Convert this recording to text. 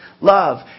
Love